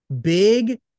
big